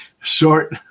short